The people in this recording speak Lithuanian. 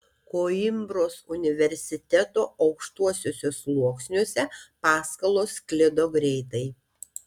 koimbros universiteto aukštuosiuose sluoksniuose paskalos sklido greitai